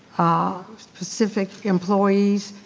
ah specific employees,